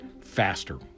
faster